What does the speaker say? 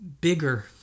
bigger